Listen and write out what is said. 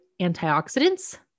antioxidants